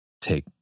take